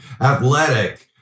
athletic